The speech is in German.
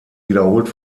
wiederholt